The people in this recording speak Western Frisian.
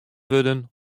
wurden